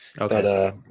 Okay